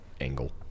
angle